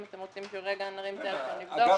אם אתם רוצים שנרים טלפון ונבדוק,